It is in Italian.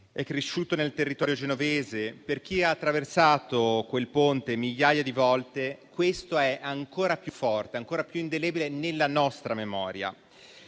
è cresciuto nel territorio genovese, per chi ha attraversato quel ponte migliaia di volte, questo è ancora più forte e indelebile nella memoria.